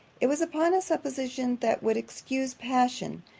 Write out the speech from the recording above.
it was upon a supposition that would excuse passion,